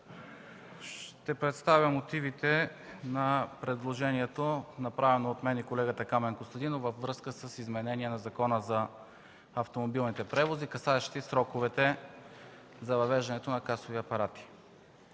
ще представя мотивите на предложението, направено от мен и колегата Камен Костадинов във връзка с изменение на Закона за автомобилните превози, касаещо сроковете на въвеждането на касови апарати.